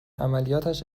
عملیاتش